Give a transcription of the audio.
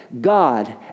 God